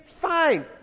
fine